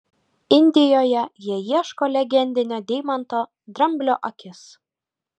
indijoje jie ieško legendinio deimanto dramblio akis